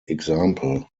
example